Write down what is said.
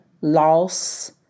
loss